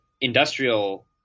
industrial